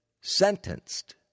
sentenced